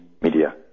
media